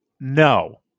no